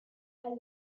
where